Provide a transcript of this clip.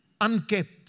unkept